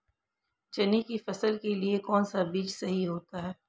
चने की फसल के लिए कौनसा बीज सही होता है?